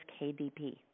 KDP